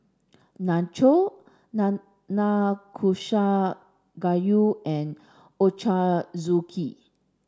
Nachos Nanakusa Gayu and Ochazuke